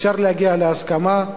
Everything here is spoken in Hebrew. אפשר להגיע להסכמה.